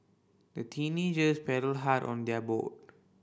the teenagers paddled hard on their boat